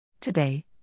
Today